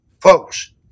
Folks